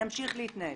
ונמשיך להתנהל,